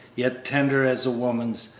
yet tender as a woman's,